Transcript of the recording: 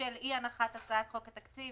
ובשל אי הנחת הצעת חוק התקציב,